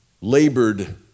labored